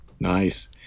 Nice